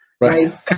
right